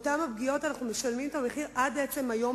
על אותן פגיעות אנחנו משלמים את המחיר עד עצם היום